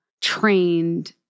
trained